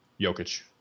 Jokic